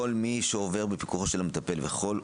כל מי שעובד בפיקוחו של המטפל וכן,